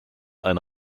eine